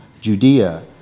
Judea